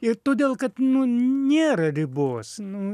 ir todėl kad nu nėra ribos nu